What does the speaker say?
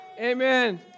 amen